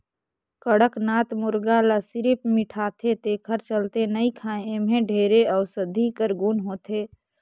कड़कनाथ मुरगा ल सिरिफ मिठाथे तेखर चलते नइ खाएं एम्हे ढेरे अउसधी कर गुन होथे